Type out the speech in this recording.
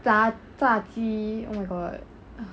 炸炸鸡 oh my god uh